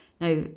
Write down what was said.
Now